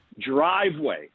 driveway